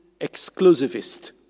exclusivist